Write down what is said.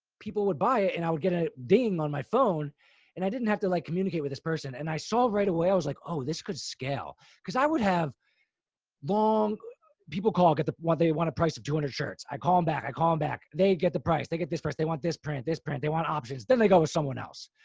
people would buy it and i would get ah ding on my phone and i didn't have to like communicate with this person. and i saw right away, i was like, oh, this could scale because i would have long people call get the, while they want a price of two hundred shirts. i call him back. i call him back. they get the price, they get dispersed. they want this print, this print, they want options. then they go with someone else.